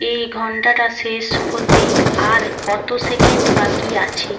এই ঘন্টাটা শেষ হতে আর কত সেকেণ্ড বাকি আছে